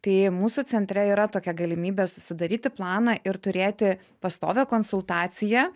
tai mūsų centre yra tokia galimybė susidaryti planą ir turėti pastovią konsultaciją